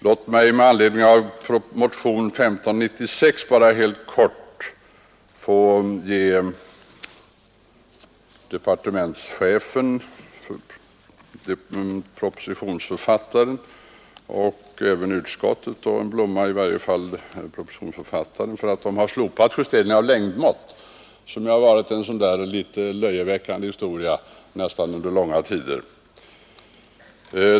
Låt mig med anledning av motionen 1596 bara helt kort få ge departementschefen, propositionsförfattaren och även utskottet en blomma — i varje fall propositionsförfattaren — för att man har slopat justering av längdmått som har varit en litet löjeväckande historia under långa tider.